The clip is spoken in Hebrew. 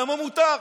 דמו מותר.